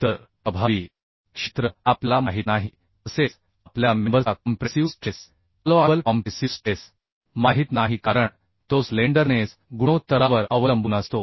तर प्रभावी क्षेत्र आपल्याला माहित नाही तसेच आपल्याला मेंबरचा compressive stress allowable allowable compressive stress माहित नाही कारण तो स्लेंडरनेस गुणोत्तरावर अवलंबून असतो